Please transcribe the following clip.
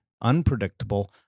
unpredictable